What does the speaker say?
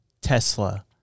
Tesla